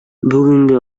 бүгенге